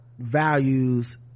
values